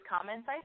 comments